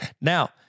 Now